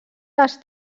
les